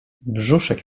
brzuszek